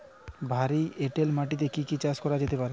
ভারী এঁটেল মাটিতে কি কি চাষ করা যেতে পারে?